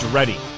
Ready